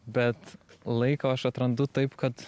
bet laiko aš atrandu taip kad